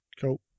Cool